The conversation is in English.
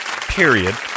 period